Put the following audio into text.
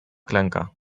klęka